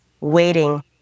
waiting